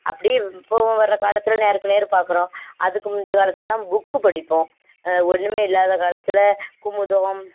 அப்படி இப்பவும் வர காலத்தில் நேருக்கு நேர் பார்க்குறோம் அதுக்கு முந்தைய காலத்துலெலாம் புக்கு படிப்போம் ஒன்றுமே இல்லாத காலத்தில் குமுதம்